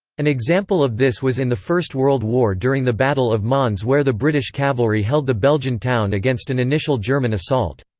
an example of this was in the first world war during the battle of mons where the british cavalry held the belgian town against an initial german assault.